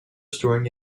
storing